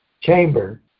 chamber